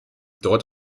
dort